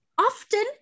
often